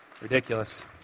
ridiculous